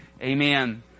Amen